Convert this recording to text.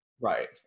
right